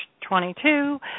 Twenty-two